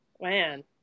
man